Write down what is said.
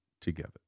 together